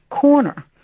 corner